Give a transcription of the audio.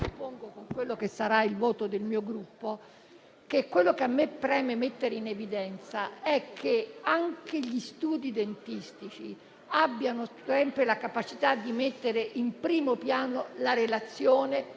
- con quello che sarà il voto del mio Gruppo, ciò che mi preme mettere in evidenza è che anche gli studi dentistici abbiano la capacità di mettere in primo piano la relazione